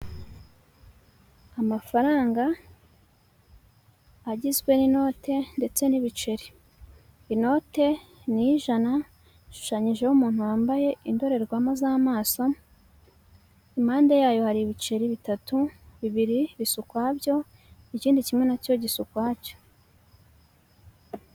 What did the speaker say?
Amafaranga agizwe n'inote ndetse n'ibiceri, inote ni iy'ijana ishushanyijeho umuntu wambaye indorerwamo z'amaso impande yayo hari ibiceri bitatu bibiri bisa ukwabyo ikindi kimwe nacyo gisa ukwacyo.